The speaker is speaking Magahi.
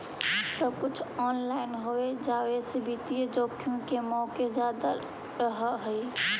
सब कुछ ऑनलाइन हो जावे से वित्तीय जोखिम के मोके जादा रहअ हई